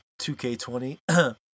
2K20